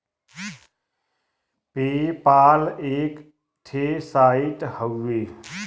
पे पाल एक ठे साइट हउवे